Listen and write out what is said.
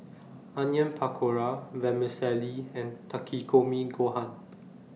Onion Pakora Vermicelli and Takikomi Gohan